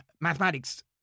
mathematics